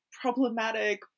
problematic